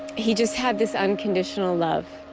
he just had this unconditional love,